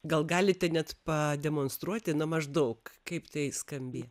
gal galite net pademonstruoti na maždaug kaip tai skambėjo